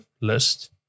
list